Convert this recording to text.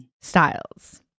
styles